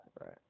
Right